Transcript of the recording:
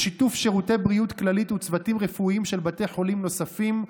בשיתוף שירותי בריאות כללית וצוותים רפואיים של בתי חולים נוספים,